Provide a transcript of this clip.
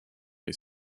les